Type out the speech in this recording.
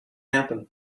happen